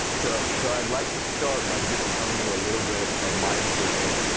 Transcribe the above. so so i'd like to start by just telling you a little bit of my story.